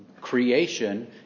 Creation